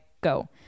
Go